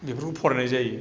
बेफोरखौ फरायनाय जायो